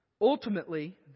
Ultimately